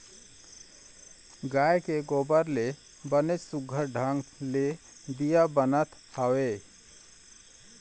गाय के गोबर ले बनेच सुग्घर ढंग ले दीया बनात हवय